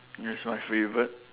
is my favorite